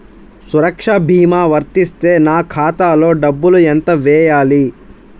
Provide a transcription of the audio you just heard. సురక్ష భీమా వర్తిస్తే నా ఖాతాలో డబ్బులు ఎంత వేయాలి?